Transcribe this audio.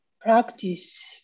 practice